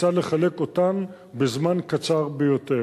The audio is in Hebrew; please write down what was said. כיצד לחלק אותן בזמן קצר ביותר.